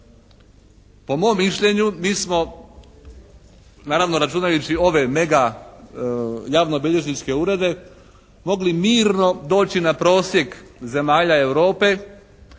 Po mom mišljenju mi smo, naravno računajući ove mega javnobilježničke urede mogli mirno doći na prosjek zemalja Europe,